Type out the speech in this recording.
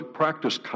practice